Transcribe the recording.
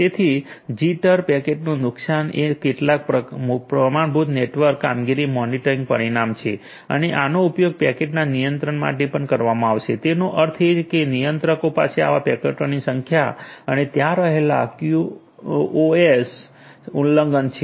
તેથી જીટર પેકેટનુ નુકસાન એ કેટલાક પ્રમાણભૂત નેટવર્ક કામગીરી મોનિટરિંગ પરિમાણ છે અને આનો ઉપયોગ પેકેટના નિયંત્રક માટે પણ કરવામાં આવશે તેનો અર્થ એ કે નિયંત્રકો પાસે આવતા પેકેટોની સંખ્યા અને ત્યાં રહેલા ક્યુઓએસ ઉલ્લંઘન છે